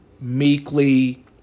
meekly